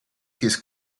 his